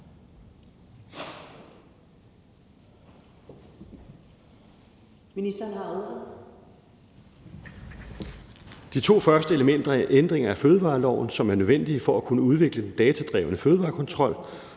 De to første elementer er ændringer af fødevareloven, som er nødvendige for at kunne udvikle den datadrevne fødevarekontrol